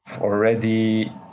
already